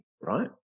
right